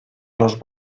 los